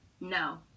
no